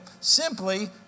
simply